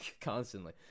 constantly